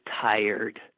tired